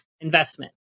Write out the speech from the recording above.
investment